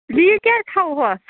leave کیٛاز تھاوہوس